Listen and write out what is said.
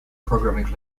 programming